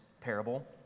parable